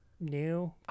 new